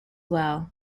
well